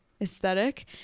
aesthetic